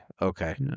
okay